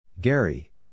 Gary